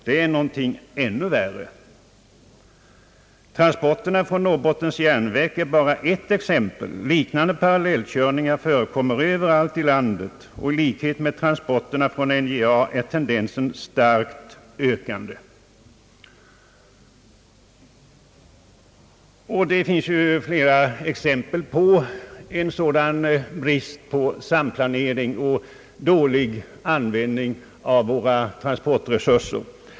Det är nånting ännu värre.» Vidare säges följande: »Transporterna från Norrbottens järnverk är bara ett exempel, Liknande parallellkörningar förekommer överallt i landet och, i likhet med transporterna från NJA, är tendensen starkt ökande.» Det finns ju flera exempel på en så dan brist på samplanering och på dålig användning av våra transportresurser.